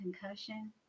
concussion